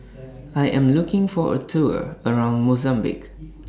I Am looking For A Tour around Mozambique